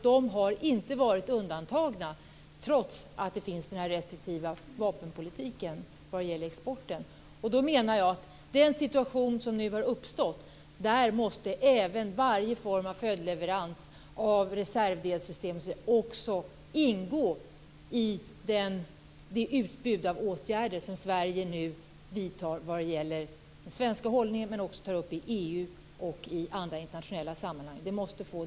De har inte varit undantagna trots den restriktiva vapenpolitiken vad gäller exporten. Därför menar jag att i den situation som har uppstått måste även varje form av följdleverans av reservdelssystem osv. ingå i det utbud av åtgärder som Sverige nu vidtar vad gäller den svenska hållningen och som tas upp i EU och i andra internationella sammanhang.